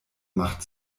macht